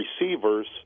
receivers